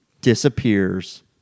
disappears